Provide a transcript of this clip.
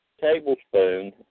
tablespoon